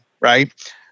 right